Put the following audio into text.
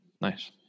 nice